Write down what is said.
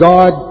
God